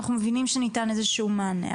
אנחנו מבינים שניתן איזה שהוא מענה,